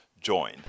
join